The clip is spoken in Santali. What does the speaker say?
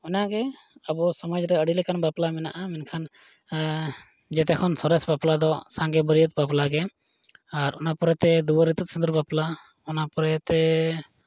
ᱚᱱᱟᱜᱮ ᱟᱵᱚ ᱥᱚᱢᱟᱡᱽ ᱨᱮ ᱟᱹᱰᱤ ᱞᱮᱠᱟᱱ ᱵᱟᱯᱞᱟ ᱢᱮᱱᱟᱜᱼᱟ ᱢᱮᱱᱠᱷᱟᱱ ᱡᱚᱛᱚᱠᱷᱚᱱ ᱥᱚᱨᱮᱥ ᱵᱟᱯᱞᱟ ᱫᱚ ᱥᱟᱸᱜᱮ ᱵᱟᱹᱨᱭᱟᱹᱛ ᱵᱟᱯᱞᱟᱜᱮ ᱟᱨ ᱚᱱᱟ ᱯᱚᱨᱮᱛᱮ ᱫᱩᱣᱟᱹᱨ ᱤᱛᱩᱫ ᱥᱤᱸᱫᱩᱨ ᱵᱟᱯᱞᱟ ᱚᱱᱟ ᱯᱚᱨᱮᱛᱮ